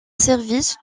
service